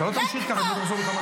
אתה לא תגיד "הרגו".